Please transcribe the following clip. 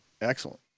Excellent